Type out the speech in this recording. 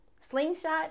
Slingshot